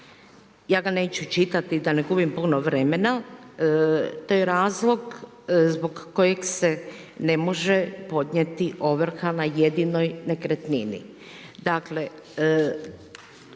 ja ga neću čitati da ne gubim puno vremena, to je razlog zbog kojeg se ne može podnijeti ovrha na jedinoj nekretnini.